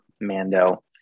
mando